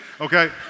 okay